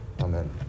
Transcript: Amen